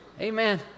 Amen